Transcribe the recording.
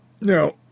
Now